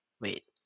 Wait